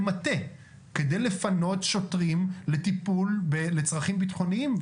מטה כדי לפנות שוטרים לצרכים ביטחוניים.